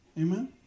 amen